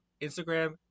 Instagram